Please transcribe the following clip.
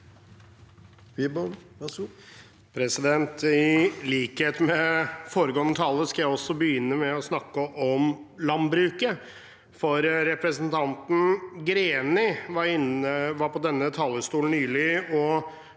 I likhet med fore- gående taler skal også jeg begynne med å snakke om landbruket. For representanten Greni var på denne talerstolen nylig